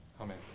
Amen